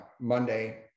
Monday